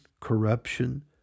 corruption